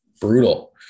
Brutal